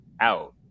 out